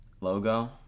logo